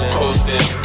coasting